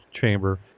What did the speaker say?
chamber